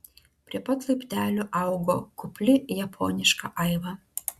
prie pat laiptelių augo kupli japoniška aiva